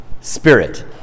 spirit